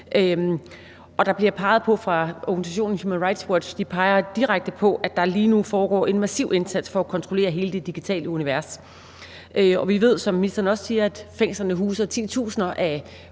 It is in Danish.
sig kritisk til regimet. Organisationen Human Rights Watch peger direkte på, at der lige nu foregår en massiv indsats for at kontrollere hele det digitale univers. Og vi ved, som ministeren også siger, at fængslerne huser titusinder af